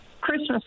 Christmas